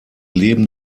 leben